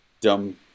dumb